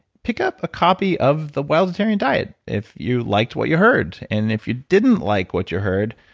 pick up a copy of the wildatarian diet if you liked what you heard and if you didn't like what you heard,